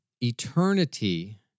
Eternity